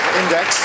index